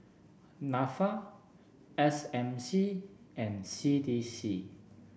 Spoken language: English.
NAFA S M C and C D C